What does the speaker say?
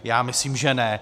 Já myslím, že ne.